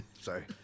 Sorry